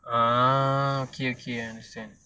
ah okay okay I understand